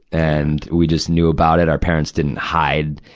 and we just knew about it. our parents didn't hide,